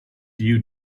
you